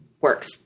works